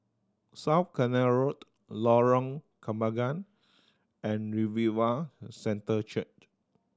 South Canal Road Lorong Kembangan and Revival Centre Church